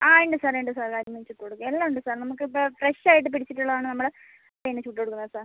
ആ ഉണ്ട് സാർ ഉണ്ട് സാർ കരിനഞ്ചും തൊടുവും എല്ലാം ഉണ്ട് സാർ നമുക്കിപ്പോൾ ഫ്രഷ് ആയിട്ട് പിടിച്ചിട്ടുള്ളതാണ് നമ്മൾ പിന്നെ ചുട്ടുകൊടുക്കുന്നത് സാർ